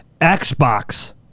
Xbox